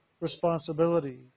responsibility